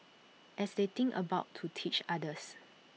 as they think about to teach others